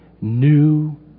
new